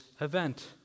event